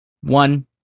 one